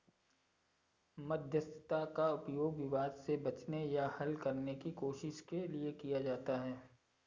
मध्यस्थता का उपयोग विवाद से बचने या हल करने की कोशिश के लिए किया जाता हैं